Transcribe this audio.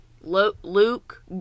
Luke